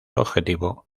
objetivo